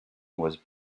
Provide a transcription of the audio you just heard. was